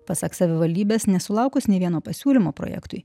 pasak savivaldybės nesulaukus nei vieno pasiūlymo projektui